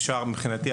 אפשר מבחינתי,